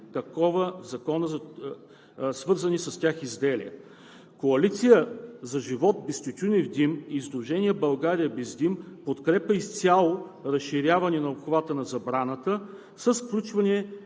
тютюневите и свързаните с тях изделия“. Коалиция за живот без тютюнев дим и Сдружение „България без дим“ – подкрепят изцяло разширяване на обхвата на забраната с включване